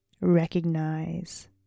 recognize